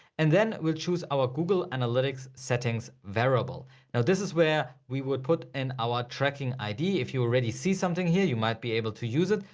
and then we'll choose our google analytics settings variable. now this is where we would put an hour tracking id. if you already see something here, you might be able to use it,